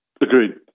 Agreed